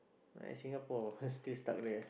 ah Singapore still stuck there